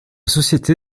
société